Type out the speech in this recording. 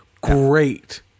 great